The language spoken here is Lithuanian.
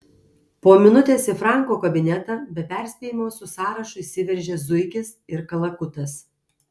po minutės į franko kabinetą be perspėjimo su sąrašu įsiveržė zuikis ir kalakutas